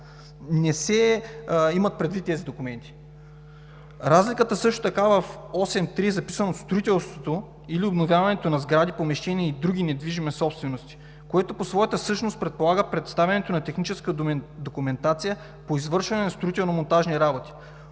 не се имат предвид тези документи. Разликата. В 8.3 е записано: строителството или обновяването на сгради, помещения и други недвижими собствености, което по своята същност предполага представянето на техническа документация по извършване на строително-монтажни работи.